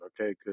okay